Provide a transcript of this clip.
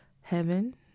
heaven